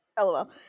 LOL